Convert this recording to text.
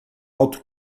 auto